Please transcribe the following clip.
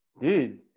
Dude